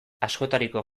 askotariko